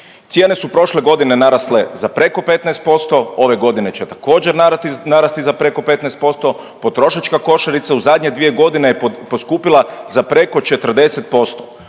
Cijene su prošle godine narasle za preko 15%, ove godine će također narasti za preko 15%, potrošačka košarica u zadnje 2 godine je poskupila za preko 40%.